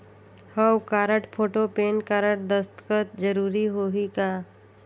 हव card, photo, PAN card, दस्खत जरूरी होही का?